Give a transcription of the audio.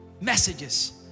messages